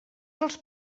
els